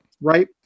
Right